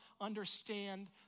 understand